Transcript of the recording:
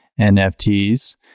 NFTs